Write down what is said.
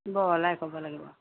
বহলাই ক'ব লাগিব